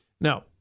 Now